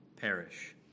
perish